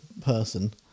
person